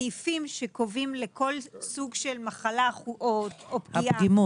שהסעיפים שקובעים לכל סוג של מחלה או פגיעה